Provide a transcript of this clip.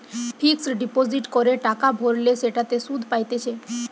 fixed deposit করে টাকা ভরলে সেটাতে সুধ পাইতেছে